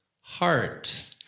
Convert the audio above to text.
heart